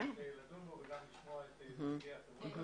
שצריך לדון בו וגם לשמוע איך נציגי החברות